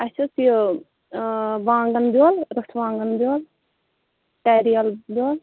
اَسہِ اوس یہِ وانٛگَن بیول أٹھ وانٛگَن بیول تَریل بیول